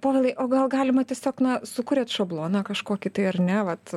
povilai o gal galima tiesiog na sukūrėt šabloną kažkokį tai ar ne vat